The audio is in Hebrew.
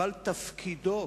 אבל תפקידו